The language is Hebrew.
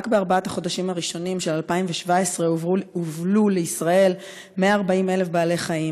רק בארבעת החודשים הראשונים של 2017 הובלו לישראל 140,000 בעלי חיים.